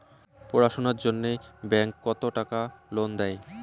পড়াশুনার জন্যে ব্যাংক কত টাকা লোন দেয়?